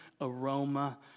aroma